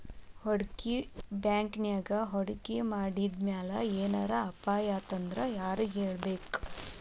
ಹೂಡ್ಕಿ ಬ್ಯಾಂಕಿನ್ಯಾಗ್ ಹೂಡ್ಕಿ ಮಾಡಿದ್ಮ್ಯಾಲೆ ಏನರ ಅಪಾಯಾತಂದ್ರ ಯಾರಿಗ್ ಹೇಳ್ಬೇಕ್?